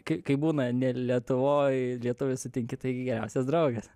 kai kai būna ne lietuvoj lietuvį sutinki taigi geriausias draugas